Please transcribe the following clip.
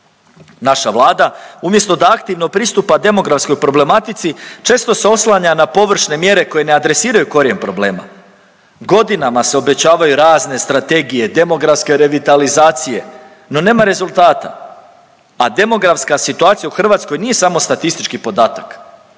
Naša Vlada umjesto da aktivno pristupa demografskoj problematici, često se oslanja na površne mjere koje ne adresiraju korijen problema. Godinama se obećavaju razne strategije, demografske revitalizacije no nema rezultata, a demografska situacija u Hrvatskoj nije samo statistički podatak.